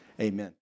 Amen